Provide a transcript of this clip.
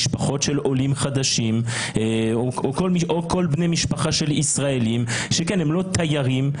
משפחות של עולים חדשים או כל בני משפחה של ישראלים שהם לא תיירים,